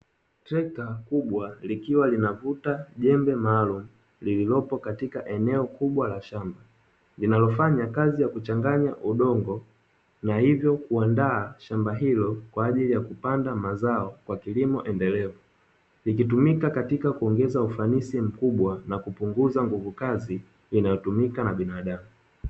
Trekta kubwa likiwa linavuta jembe maalum, lililopo katika eneo kubwa la shamba, linalofanya kazi ya kuchanganya udongo na hivyo kuandaa shamba hilo kwa ajili ya kupanda mazao kwa kilimo endelevu, likitumika katika kuongeza ufanisi mkubwa na kupunguza nguvu kazi inayotumika na binadamu.